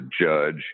judge